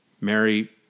Mary